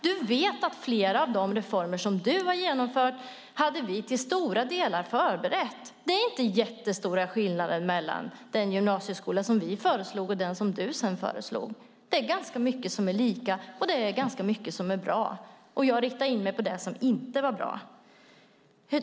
Du vet att flera av de reformer som du har genomfört till stora delar hade förberetts av oss. Det är inte jättestora skillnader mellan den gymnasieskola som vi föreslog och den som du sedan föreslog. Det är ganska mycket som är lika, och det är ganska mycket som är bra. Jag riktade in mig på det som inte är bra.